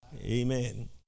Amen